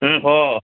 ம் ஹோ